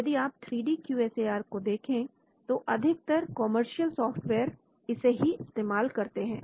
यदि आप 3D QSR को देखें तो अधिकतर कमर्शियल सॉफ्टवेयर इसे ही इस्तेमाल करते हैं